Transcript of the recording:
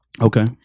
Okay